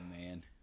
man